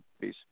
Peace